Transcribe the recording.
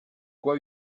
quoi